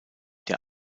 der